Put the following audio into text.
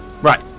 Right